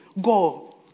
Go